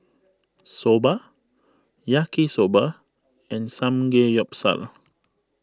Soba Yaki Soba and Samgeyopsal